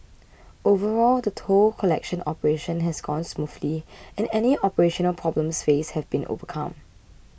overall the toll collection operation has gone smoothly and any operational problems faced have been overcome